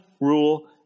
rule